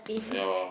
ya